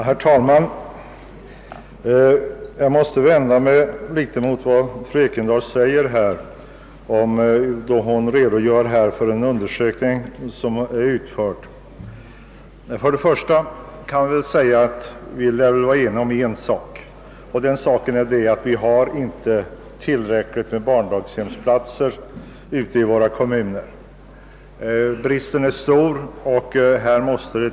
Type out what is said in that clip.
Herr talman! Jag vill opponera mig mot vad fru Ekendahl sade när hon redogjorde för den genomförda undersökningen. Först och främst är vi väl eniga om att antalet barndaghemsplatser ute i våra kommuner är otillräckligt. Bristen är tvärtom avsevärd.